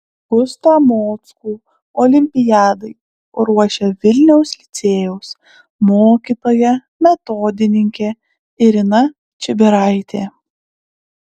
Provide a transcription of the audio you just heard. gustą mockų olimpiadai ruošė vilniaus licėjaus mokytoja metodininkė irina čibiraitė